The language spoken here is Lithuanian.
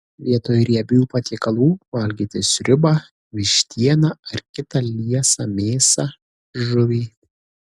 vietoj riebių patiekalų valgyti sriubą vištieną ar kitą liesą mėsą žuvį